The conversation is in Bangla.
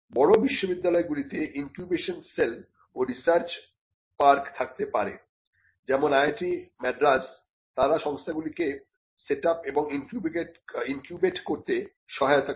বড় বিশ্ববিদ্যালয়গুলিতে ইনকিউবেশন সেল ও রিসার্চ পার্ক থাকতে পারে যেমন IIT মাদ্রাজ তারা সংস্থাগুলিকে সেটআপ এবং ইনকিউবেট করতে সহায়তা করে